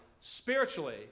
Spiritually